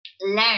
learn